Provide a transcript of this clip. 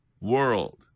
world